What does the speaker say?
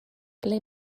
ble